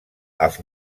els